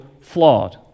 flawed